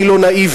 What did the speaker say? אני לא נאיבי,